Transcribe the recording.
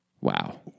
Wow